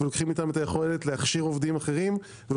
יכולת להכשיר עובדים אחרים,